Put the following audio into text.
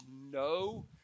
no